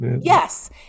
yes